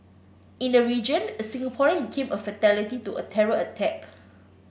in the region a Singaporean became a fatality to a terror attack